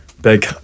big